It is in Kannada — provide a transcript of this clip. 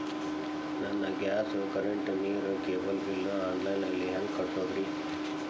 ನನ್ನ ಗ್ಯಾಸ್, ಕರೆಂಟ್, ನೇರು, ಕೇಬಲ್ ಬಿಲ್ ಆನ್ಲೈನ್ ನಲ್ಲಿ ಹೆಂಗ್ ಕಟ್ಟೋದ್ರಿ?